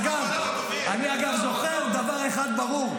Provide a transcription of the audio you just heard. אגב, אני זוכר דבר אחד ברור.